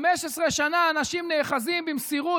15 שנה אנשים נאחזים במסירות,